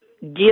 give